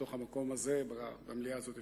בתוך המקום הזה במליאה הזאת,